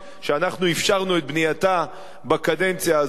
שאנחנו אפשרנו את בנייתה בקדנציה הזאת,